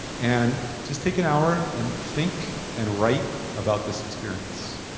and just take an hour and think and write about this experience.